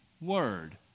Word